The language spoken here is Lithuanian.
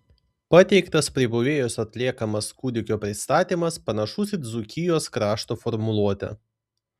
pateiktas pribuvėjos atliekamas kūdikio pristatymas panašus į dzūkijos krašto formuluotę